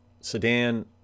sedan